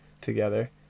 together